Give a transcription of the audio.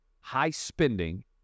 high-spending